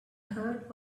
heard